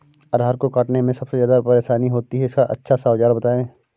अरहर को काटने में सबसे ज्यादा परेशानी होती है इसका अच्छा सा औजार बताएं?